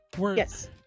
Yes